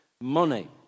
money